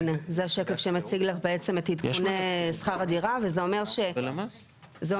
לפעמים מגיע זוג